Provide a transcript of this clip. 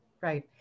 Right